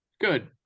good